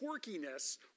quirkiness